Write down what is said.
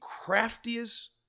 craftiest